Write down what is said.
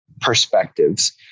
perspectives